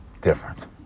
different